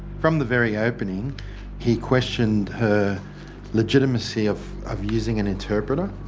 from the very opening he questioned her legitimacy of of using an interpreter.